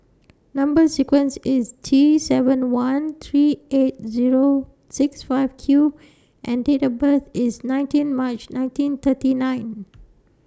Number sequence IS T seven one three eight Zero six five Q and Date of birth IS nineteen March nineteen thirty nine